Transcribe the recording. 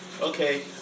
okay